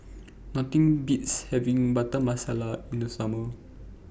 Nothing Beats having Butter Masala in The Summer